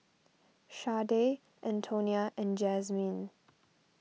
Shardae Antonia and Jazmyne